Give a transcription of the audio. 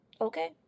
Okay